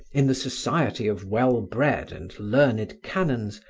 in the society of well-bred and learned canons,